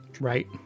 Right